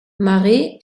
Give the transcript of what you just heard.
marie